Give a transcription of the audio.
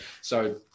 So-